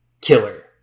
killer